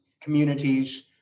communities